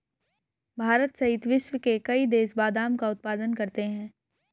भारत सहित विश्व के कई देश बादाम का उत्पादन करते हैं